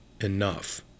enough